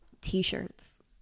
T-shirts